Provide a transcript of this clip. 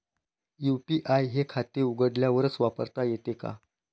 UPI हे खाते उघडल्यावरच वापरता येते का?